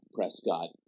Prescott